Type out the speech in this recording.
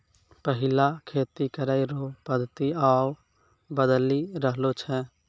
पैहिला खेती करै रो पद्धति आब बदली रहलो छै